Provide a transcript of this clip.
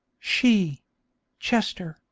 she chester,